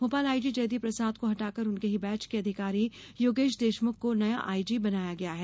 Bhopal IG Jaydeep Prasad को हटाकर उनके ही बेच के अधिकारी योगेश देशमुख को नया आईजी बनाया गया है